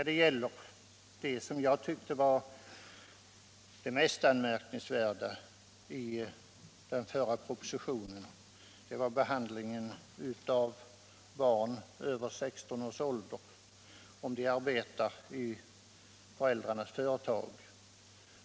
Det mest anmärkningsvärda i den förra propositionen ansåg jag var behandlingen av barn över 16 år som arbetar i föräldrarnas företag.